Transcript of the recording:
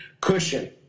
cushion